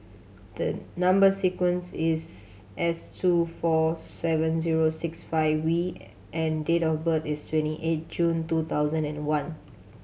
the number sequence is S two four seven zero six five V and date of birth is twenty eight June two thousand and one